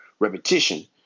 repetition